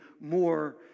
more